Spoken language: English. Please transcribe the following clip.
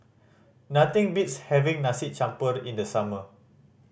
nothing beats having nasi in the summer